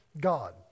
God